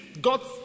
God